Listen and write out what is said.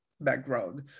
background